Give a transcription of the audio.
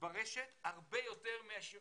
ברשת הרבה יותר מאשר